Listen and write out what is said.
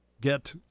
get